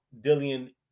Dillian